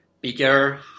bigger